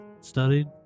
studied